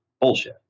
bullshit